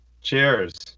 Cheers